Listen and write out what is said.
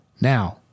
Now